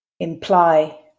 Imply